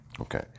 Okay